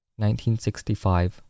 1965